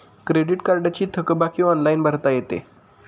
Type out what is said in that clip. credit कार्डची थकबाकी online भरता येते